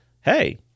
hey